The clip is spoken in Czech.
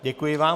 Děkuji vám.